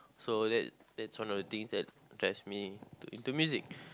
so that's that's one of the things that drive me to music